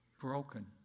broken